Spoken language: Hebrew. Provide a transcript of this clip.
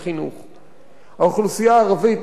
האוכלוסייה הערבית נשארת מאחור,